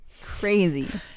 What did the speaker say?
Crazy